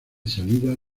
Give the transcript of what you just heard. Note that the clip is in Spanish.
salida